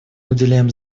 уделяем